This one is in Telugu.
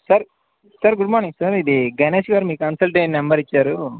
sir sir good morning sir ఇది గణేష్ గారి మీ కన్సల్ట్ ఏ నెంబర్ ఇచ్చారు